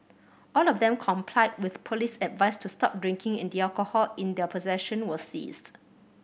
all of them complied with police advice to stop drinking and the alcohol in their possession was seized